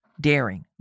daring